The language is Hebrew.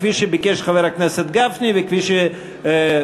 כפי שביקש חבר הכנסת גפני וכפי שהצטרף